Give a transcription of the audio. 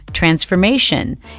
transformation